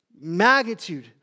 magnitude